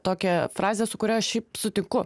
tokią frazę su kuria aš šiaip sutinku